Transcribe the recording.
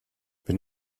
wenn